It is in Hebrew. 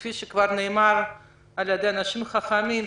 כפי שכבר נאמר על-ידי אנשים חכמים,